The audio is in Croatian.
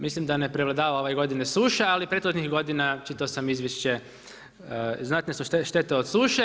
Mislim da ne prevladava ove godine suša, ali prethodnih godina znači to sam izvješće, znate su štete od suše.